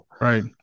Right